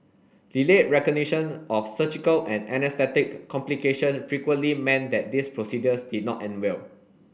delayed recognition of surgical and anaesthetic complication frequently meant that these procedures did not end well